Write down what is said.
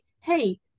hey